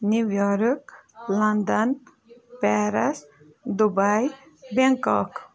New York London Paris Dubai Bangkok